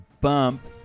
bump